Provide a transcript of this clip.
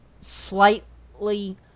slightly